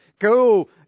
Go